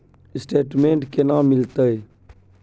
Statement केना मिलते?